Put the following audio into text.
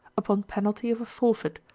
upon penalty of a forfeit,